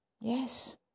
Yes